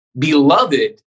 beloved